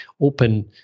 open